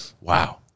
wow